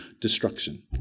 Destruction